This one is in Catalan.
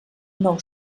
nou